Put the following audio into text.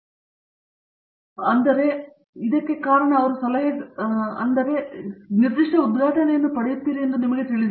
ಇಲ್ಲದಿದ್ದರೆ ಅವರು ದೊಡ್ಡ ಸ್ಥಳಗಳೆಂದು ನಾನು ಹೇಳುತ್ತಿದ್ದೇನೆ ಮತ್ತು ಇದಕ್ಕೆ ಕಾರಣ ಅವರು ಈ ಸಲಹೆಗಾರರನ್ನು ಕರೆದಿದ್ದಾರೆ ಎಂದು ಹೇಳಬಹುದು ಏಕೆಂದರೆ ನೀವು ಯಾವ ನಿರ್ದಿಷ್ಟ ಉದ್ಘಾಟನೆಯನ್ನು ಪಡೆಯುತ್ತೀರಿ ಎಂದು ನಿಮಗೆ ತಿಳಿದಿಲ್ಲ